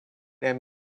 and